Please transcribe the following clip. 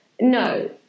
no